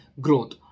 growth